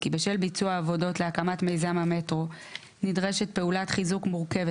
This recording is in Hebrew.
כי בשל ביצוע עבודות להקמת מיזם המטרו נדרשת פעולת חיזוק מורכבת